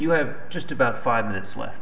you have just about five minutes left